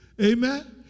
Amen